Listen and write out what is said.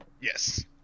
Yes